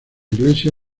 iglesia